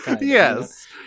Yes